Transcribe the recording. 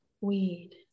Weed